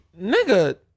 nigga